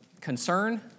concern